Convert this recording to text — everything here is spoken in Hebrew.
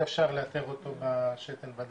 אי אפשר לאתר אותו בשתן, בדם.